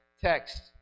text